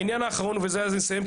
העניין האחרון ובזה נסיים,